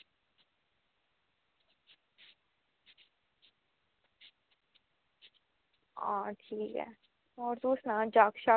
आं ठीक ऐ होर तूं सनांऽ जागत